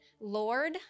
Lord